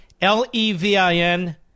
L-E-V-I-N